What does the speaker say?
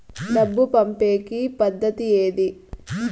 డబ్బు పంపేకి పద్దతి ఏది